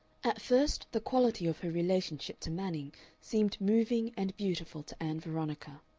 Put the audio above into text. at first the quality of her relationship to manning seemed moving and beautiful to ann veronica.